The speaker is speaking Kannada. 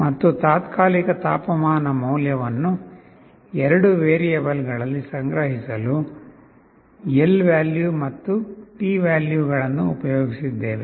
ಮತ್ತು ತಾತ್ಕಾಲಿಕ ತಾಪಮಾನ ಮೌಲ್ಯವನ್ನು ಎರಡು ವೇರಿಯೇಬಲ್ ಗಳಲ್ಲಿ ಸಂಗ್ರಹಿಸಲು lvalue ಮತ್ತು tvalue ಗಳನ್ನು ಉಪಯೋಗಿಸಿದ್ದೇವೆ